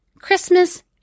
Christmas